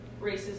racism